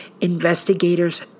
Investigators